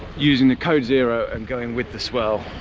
using the code zero and going with the swell.